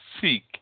seek